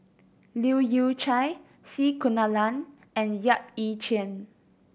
Leu Yew Chye C Kunalan and Yap Ee Chian